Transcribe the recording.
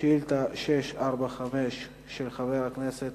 חברת הכנסת